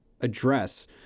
address